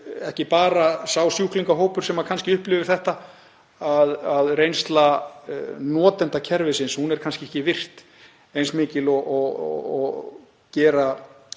ekki bara sá sjúklingahópur sem upplifir að reynsla notenda kerfisins sé kannski ekki virt eins mikils og gera